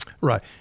Right